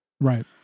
Right